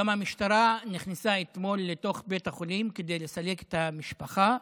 גם המשטרה נכנסה אתמול לתוך בית החולים כדי לסלק את המשפחה,